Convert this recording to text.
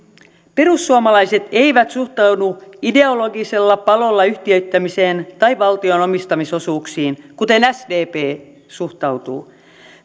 perussuomalaiset eivät suhtaudu ideologisella palolla yhtiöittämiseen tai valtion omistamisosuuksiin kuten sdp suhtautuu